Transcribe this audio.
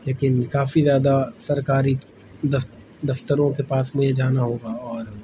لیکن کافی زیادہ سرکاری دفتروں کے پاس مجھے جانا ہوگا